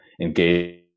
engage